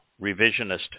revisionist